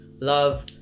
love